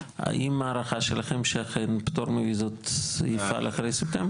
האם ההערכה שלכם שאכן הפטור מוויזות יפעל אחרי ספטמבר?